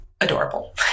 Adorable